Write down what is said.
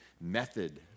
method